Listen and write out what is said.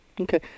Okay